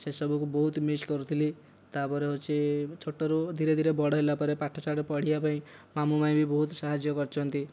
ସେ ସବୁକୁ ବହୁତ ମିସ କରୁଥିଲି ତାପରେ ହଉଛି ଛୋଟରୁ ଧୀରେ ଧୀରେ ବଡ଼ ହେଲାପରେ ପାଠ ସାଠ ପଢିବା ପାଇଁ ମାମୁଁ ମାଇଁ ବି ବହୁତ ସାହାଯ୍ୟ କରିଛନ୍ତି